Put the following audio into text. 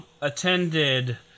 attended